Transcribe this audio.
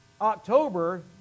October